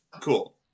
cool